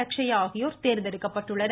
அக்ஷயா ஆகியோர் தேர்ந்தெடுக்கப்பட்டுள்ளனர்